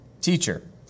teacher